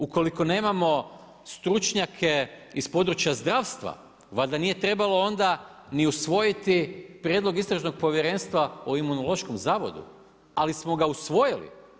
Ukoliko nemamo stručnjake iz područja zdravstva, valjda nije trebalo onda ni usvojiti prijedlog istražnog povjerenstva o Imunološkom zavodu, ali smo ga usvojili.